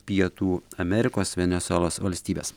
pietų amerikos venesuelos valstybės